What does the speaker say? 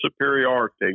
superiority